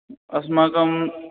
अस्माकं